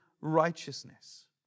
righteousness